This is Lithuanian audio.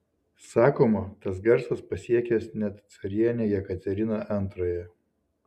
sakoma tas garsas pasiekęs net carienę jekateriną antrąją